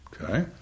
Okay